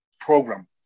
program